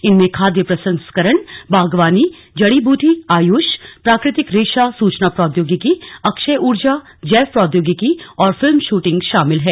इनमें खाद्य प्रसंस्करण बागवानी जड़ी बूटी आयुष प्राकृतिक रेशा सूचना प्रौद्योगिकी अक्षय ऊर्जा जैव प्रोद्यौगिकी और फिल्म शूटिंग शामिल हैं